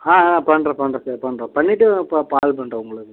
ஆ ஆ பண்ணுறேன் பண்ணுறேன் சரி பண்ணுறேன் பண்ணிவிட்டு ப கால் பண்ணுறேன் உங்களுக்கு